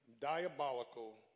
diabolical